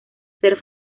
ser